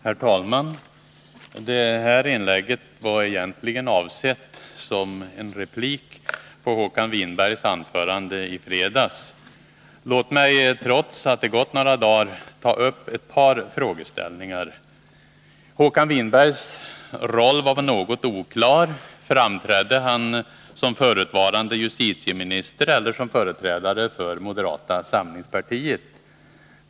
Herr talman! Det här inlägget var egentligen avsett som en replik på Håkan Winbergs anförande i fredags. Låt mig trots att det har gått några dagar ta upp ett par frågeställningar. Håkan Winbergs roll var något oklar. Framträdde han som förutvarande justitieminister eller som företrädare för moderata samlingspartiet?